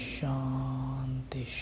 Shanti